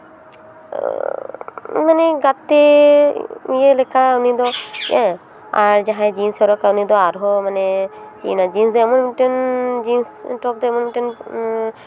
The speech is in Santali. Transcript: ᱢᱟᱱᱮ ᱜᱟᱛᱮ ᱤᱭᱟᱹ ᱞᱮᱠᱟ ᱩᱱᱤᱫᱚ ᱦᱮᱸ ᱟᱨ ᱡᱟᱦᱟᱸᱭ ᱡᱤᱱᱥ ᱮ ᱦᱚᱨᱚᱜᱟ ᱩᱱᱤ ᱫᱚ ᱟᱨᱦᱚᱸ ᱢᱟᱱᱮ ᱡᱤᱱᱥ ᱫᱚ ᱮᱢᱚᱱ ᱢᱤᱫᱴᱮᱱ ᱡᱤᱱᱥ ᱴᱚᱯ ᱫᱚ ᱢᱤᱫᱴᱮᱱ